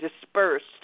dispersed